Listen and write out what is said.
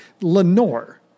Lenore